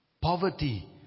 Poverty